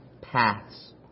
paths